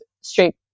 straight